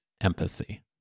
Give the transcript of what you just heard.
empathy